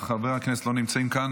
אך חברי הכנסת לא נמצאים כאן.